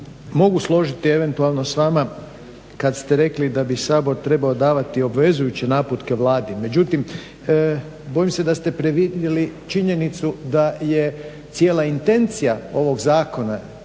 mogu složiti eventualno s vama kad ste rekli da bi Sabor trebao davati obvezujuće naputke Vladi, međutim bojim se da ste previdjeli činjenicu da je cijela intencija ovog